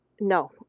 no